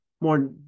more